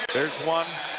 there's one.